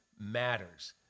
matters